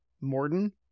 Morden